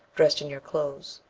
dressed in your clothes.